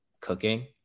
cooking